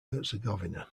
herzegovina